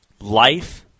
life